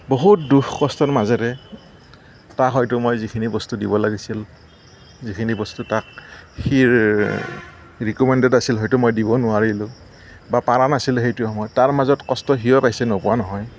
বহুত দুখ কষ্টৰ মাজেৰে তাক হয়তো মই যিখিনি বস্তু দিব লাগিছিল যিখিনি বস্তু তাক সি ৰিকমেণ্ডেড আছিল হয়তো মই দিব নোৱাৰিলোঁ বা পৰা নাছিলোঁ সেইটো সময়ত তাৰ মাজত কষ্ট সিও পাইছে নোপোৱা নহয়